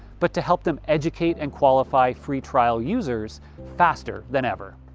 but to help them educate and qualify free trial users faster than ever.